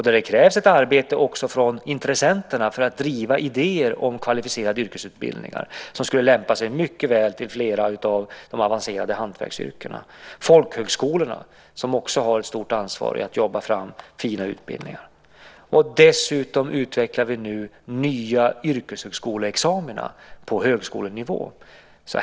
Där krävs det ett arbete också från intressenterna för att driva idéer om kvalificerade yrkesutbildningar som skulle lämpa sig mycket väl för flera av de avancerade hantverksyrkena. Folkhögskolorna har också ett stort ansvar för att jobba fram fina utbildningar. Dessutom utvecklar vi nu nya yrkeshögskoleexamina på högskolenivå.